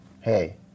hey